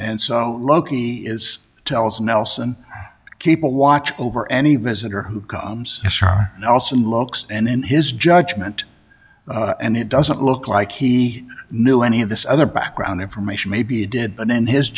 and so loki is tells nelson keep a watch over any visitor who comes shar nelson looks and in his judgment and it doesn't look like he knew any of this other background information maybe it did but then his